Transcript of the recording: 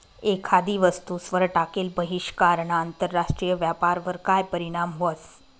एखादी वस्तूवर टाकेल बहिष्कारना आंतरराष्ट्रीय व्यापारवर काय परीणाम व्हस?